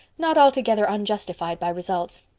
not altogether unjustified by results.